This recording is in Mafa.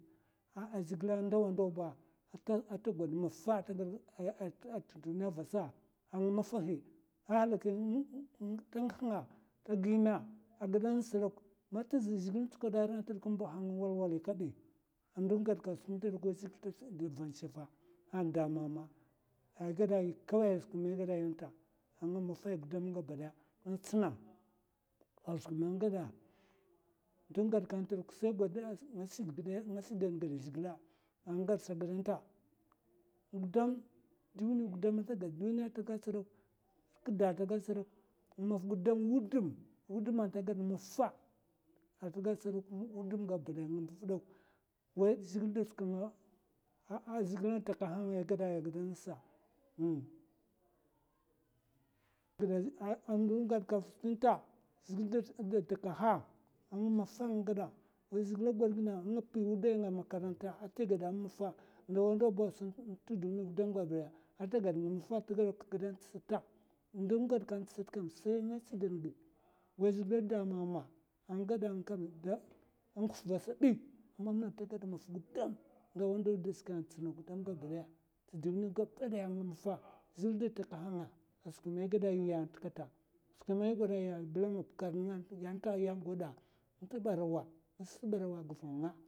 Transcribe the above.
Zhigile a ndawa ndawa ba, ta god ma maffa, te duniya avasa. anga maffahi ahalaki tanguh nga, ta gime. a giɓe a ngasa se ɓok,, man zhigile nza tsukoɓ. aranta ambaha nga walwali kabi, ndo gaɓ ando gaɓ skwi n;ta kam away zhigile davana shefe da dinga mama kawai a skwiman ye geɓa antanta nga maffay gudam gaba day anga tsina, nag shidan gide a zhigile anga gadsa agide anta gudam duninya gudam atagaɓ se ɓok hurkida atagaɓ seka, wudama ata gaɓ maffa wudam gaba daya away zhigile da takaha ando gadka skwi nta skwi nte sekam nga shidan giɓ. anga pi wudaynga a makaranta a zhigile dada amama a skwi man ye geɓe kawai. amam na aman ta gaɓ maffa, ndawa ndawa dashike a tsina te duniya gaba ɓaya a nga maffa zhigile da takahanga a skwi man ye geɓe nta a ye. ayi bulama bukar aye gwaɓa ye te barawa nga shika te barawa guv nga.